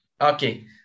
Okay